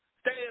Stay